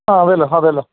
ആ അതെല്ലോ അതെല്ലോ